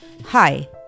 Hi